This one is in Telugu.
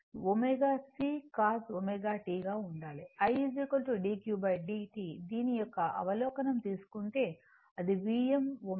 I dq dt దీని యొక్క అవలోకనం తీసుకుంటే ఇది Vm ω C cos ω t